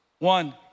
One